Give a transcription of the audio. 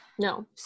No